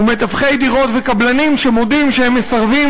ומתווכי דירות וקבלנים שמודים שהם מסרבים